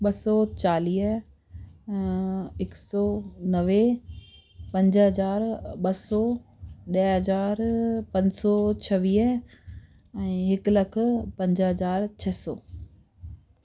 ॿ सौ चालीह हिकु सौ नवे पंज हज़ार ॿ सौ ॾह हज़ार पंज सौ छवीह ऐं हिकु लखु पंज हज़ार छह सौ